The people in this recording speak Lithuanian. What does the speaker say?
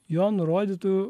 jo nurodytu